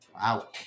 Wow